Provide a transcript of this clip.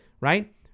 right